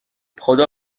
خدا